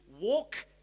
walk